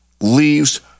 leaves